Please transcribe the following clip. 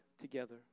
together